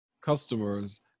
customers